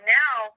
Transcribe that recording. now